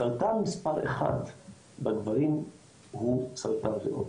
סרטן מספר אחד בגברים הוא סרטן ריאות.